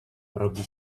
robi